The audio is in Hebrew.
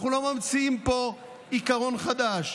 אנחנו לא ממציאים פה עיקרון חדש,